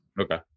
Okay